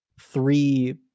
three